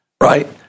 right